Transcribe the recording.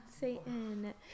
Satan